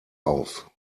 auf